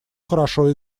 хорошо